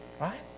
right